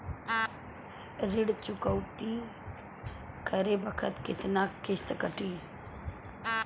ऋण चुकौती करे बखत केतना किस्त कटी?